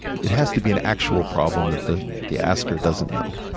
it has to be an actual problem that the the asker doesn't know.